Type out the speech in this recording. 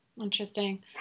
Interesting